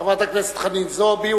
חברת הכנסת חנין זועבי,